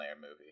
movie